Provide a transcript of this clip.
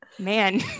man